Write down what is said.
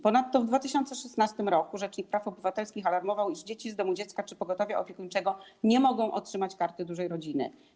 Ponadto w 2016 r. rzecznik praw obywatelskich alarmował, iż dzieci z domu dziecka czy pogotowia opiekuńczego nie mogą otrzymać Karty Dużej Rodziny.